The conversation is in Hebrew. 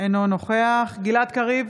אינו נוכח גלעד קריב,